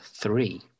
three